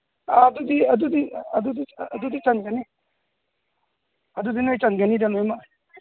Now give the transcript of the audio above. ꯑꯥ ꯑꯗꯨꯗꯤ ꯑꯗꯨꯗꯤ ꯑꯗꯨꯗꯤ ꯆꯟꯒꯅꯤ ꯑꯗꯨꯗꯤ ꯆꯟꯒꯅꯤꯗ ꯂꯣꯏꯃꯛ